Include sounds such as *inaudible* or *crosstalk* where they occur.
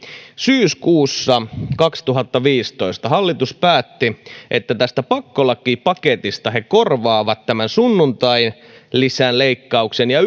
syyskuussa kaksituhattaviisitoista hallitus päätti että tästä pakkolakipaketista he korvaavat tämän sunnuntailisän leikkauksen ja *unintelligible*